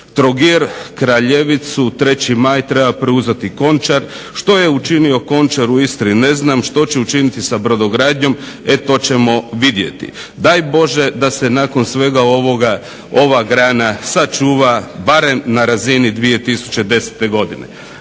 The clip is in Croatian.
Trogir, Kraljevicu, 3.Maj treba preuzeti Končar. Što je učinio Končar u Istri? Ne znam. Što će učiniti sa brodogradnjom? To ćemo vidjeti. Daj Bože da se nakon svega ovoga ova grana sačuva barem na razini 2010.godine.